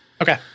Okay